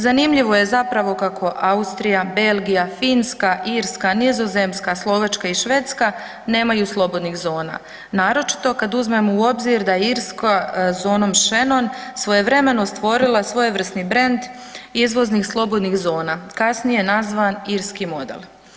Zanimljivo je zapravo kako Austrija, Belgija, Finska, Irska, Nizozemska, Slovačka i Švedska nemaju slobodnih zona, naročito kad uzmemo u obzir da je Irska zonom Shannon svojevremeno stvorila svojevrsni brand izvoznih slobodnih zona, kasnije nazvan „irski model“